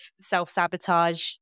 self-sabotage